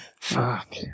Fuck